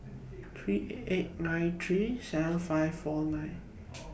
three eight nine three seven five four nine